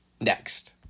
next